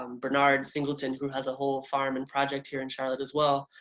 um bernard singleton, who has a whole farm and project here in charlotte as well,